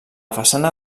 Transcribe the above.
façana